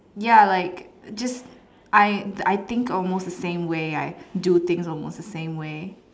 ya like just I I think almost the same way I do things almost the same way